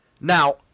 Now